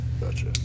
Gotcha